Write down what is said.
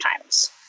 times